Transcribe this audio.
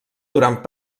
durant